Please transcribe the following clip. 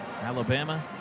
Alabama